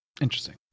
Interesting